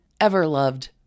ever-loved